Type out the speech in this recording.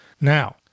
Now